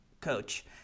Coach